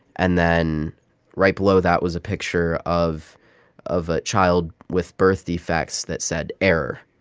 and then right below that was a picture of of a child with birth defects that said, error.